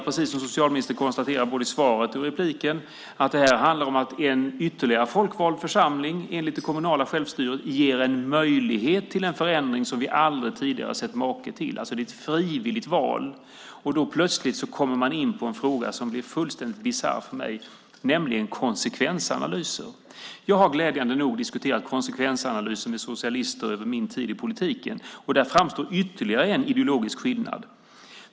Precis som socialministern konstaterar både i svaret och i inlägget handlar det här om att en ytterligare folkvald församling enligt det kommunala självstyret ges en möjlighet till en förändring som vi aldrig tidigare har sett maken till. Det är ett frivilligt val. Då kommer man plötsligt in på en fråga som blir fullständigt bisarr för mig, nämligen konsekvensanalyser. Jag har glädjande nog diskuterat konsekvensanalyser med socialister under min tid i politiken. Där framstår ytterligare en ideologisk skillnad.